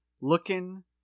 looking